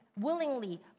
willingly